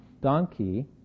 donkey